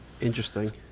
Interesting